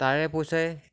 তাৰে পইচাই